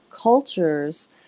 cultures